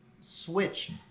switch